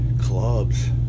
clubs